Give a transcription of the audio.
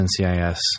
NCIS